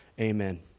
Amen